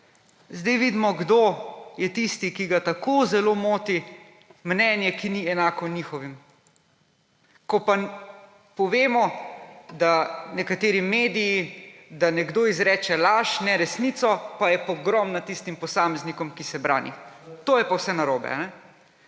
Zdaj vidimo, kdo je tisti, ki ga tako zelo moti mnenje, ki ni enako njihovemu. Ko pa povemo, da nekateri mediji, da nekdo izreče laž, neresnico, pa je pogrom nad tistim posameznikom, ki se brani. To je pa vse narobe.